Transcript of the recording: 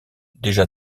déjà